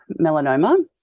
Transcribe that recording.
melanoma